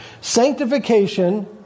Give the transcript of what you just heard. Sanctification